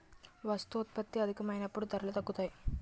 వస్తోత్పత్తి అధికమైనప్పుడు ధరలు తగ్గుతాయి